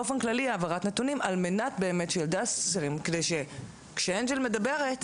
באופן כללי העברת נתונים על מנת שכאשר אנג'ל מדברת